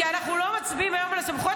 כי אנחנו לא מצביעים היום על הסמכויות,